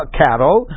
cattle